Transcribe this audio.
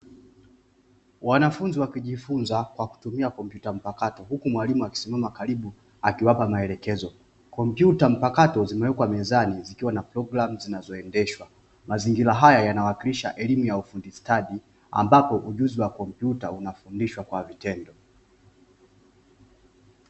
Wanafunzi wakijifunza kwa kutumia kompyuta mpakato huku mwalimu amesimama karibu akiwapa maelekezo. Kompyuta mpakato zimewekwa mezani zikiwa na programu zinazoendeshwa. Mazingira haya yanawakilisha elimu ya ufundi stadi ambapo ujuzi wa kompyuta unafundishwa kwa vitendo.